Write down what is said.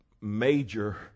major